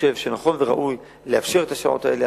חושב שנכון וראוי לאפשר את השעות האלה,